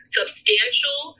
substantial